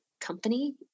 company